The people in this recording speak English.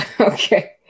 Okay